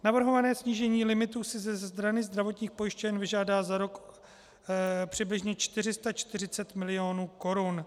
Navrhované snížení limitu si ze strany zdravotních pojišťoven vyžádá za rok přibližně 440 milionů korun.